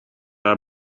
haar